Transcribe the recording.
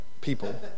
people